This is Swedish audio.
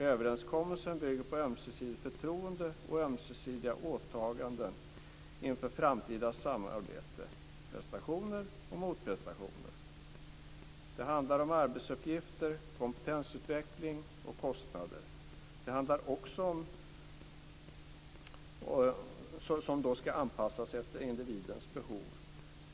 Överenskommelsen bygger på ömsesidigt förtroende och ömsesidiga åtaganden inför framtida samarbete, prestationer och motprestationer. Det handlar om arbetsuppgifter, kompetensutveckling och kostnader, som då ska anpassas efter individens behov.